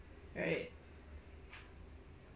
right